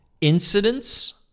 incidents